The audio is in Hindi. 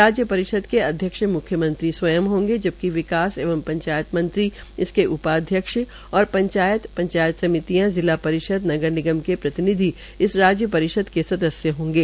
राज्य परिषद के अध्यक्ष मुख्यमंत्री स्वंय होंगे जबकि विकास एवं पंचायत मंत्री इसके उपाध्यक्ष और पंचायत पंचायत समितियां जिला परिषद नगर िनगम के प्रति निधि इस राज्य परिषद के सदस्य होंगे